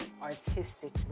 artistically